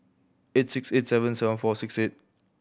eight six eight seven seven four six eight